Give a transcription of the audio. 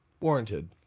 warranted